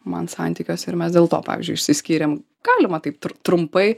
man santykiuose ir mes dėl to pavyzdžiui išsiskyrėm galima taip trumpai